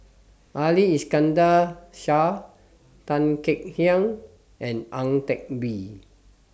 Ali Iskandar Shah Tan Kek Hiang and Ang Teck Bee